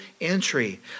entry